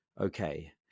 Okay